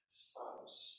spouse